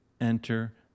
enter